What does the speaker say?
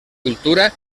cultura